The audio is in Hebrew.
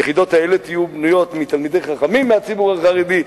יחידות העילית יהיו בנויות מתלמידי חכמים מהציבור החרדי.